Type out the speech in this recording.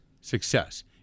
success